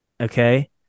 Okay